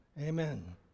amen